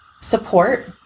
support